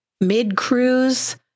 mid-cruise